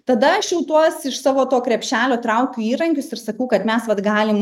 tada aš jau tuos iš savo to krepšelio traukiu įrankius ir sakau kad mes vat galim